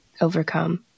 overcome